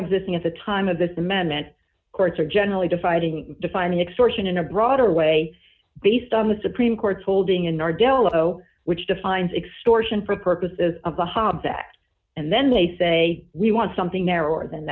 existing at the time of this amendment courts are generally to fighting defining extortion in a broader way based on the supreme court's holding in our delano which defines extortion for purposes of the hobbs act and then they say we want something narrower than